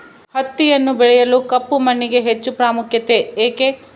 ಹತ್ತಿಯನ್ನು ಬೆಳೆಯಲು ಕಪ್ಪು ಮಣ್ಣಿಗೆ ಹೆಚ್ಚು ಪ್ರಾಮುಖ್ಯತೆ ಏಕೆ?